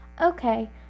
Okay